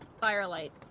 firelight